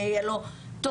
יהיה לו תוכנית,